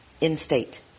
in-state